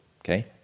Okay